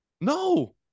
No